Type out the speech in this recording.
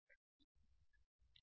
విద్యార్థి మొదట